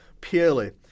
purely